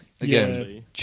Again